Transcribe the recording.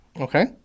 Okay